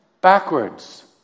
backwards